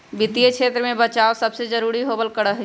वित्तीय क्षेत्र में बचाव सबसे जरूरी होबल करा हई